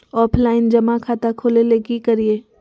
Offline जमा खाता खोले ले की करिए?